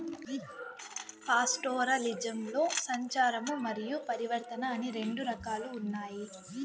పాస్టోరలిజంలో సంచారము మరియు పరివర్తన అని రెండు రకాలు ఉన్నాయి